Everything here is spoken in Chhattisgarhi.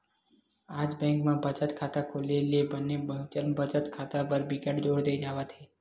आज बेंक म बचत खाता खोले ले बने म्युचुअल बचत खाता बर बिकट जोर दे जावत हे